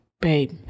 babe